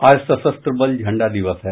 आज सशस्त्र बल झंडा दिवस है